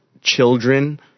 children